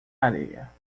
areia